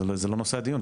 זה לא נושא הדיון,